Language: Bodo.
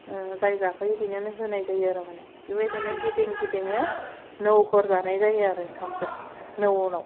जाय जाफैयो बेनोनो होनाय जायो आरो मानि बेबायदिनो गिदिं गिदिंनो नौकर जानाय जायो आरो ओंखामखौ नौवनाव